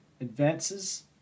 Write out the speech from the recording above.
advances